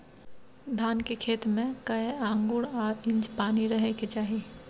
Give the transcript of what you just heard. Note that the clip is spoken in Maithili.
धान के खेत में कैए आंगुर आ इंच पानी रहै के चाही?